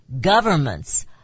governments